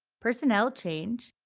personnel change,